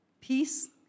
peace